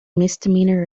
misdemeanor